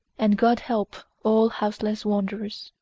and god help all houseless wanderers.